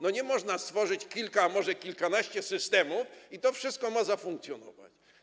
Nie można stworzyć kilku, a może kilkunastu systemów i to wszystko ma zafunkcjonować.